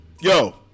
Yo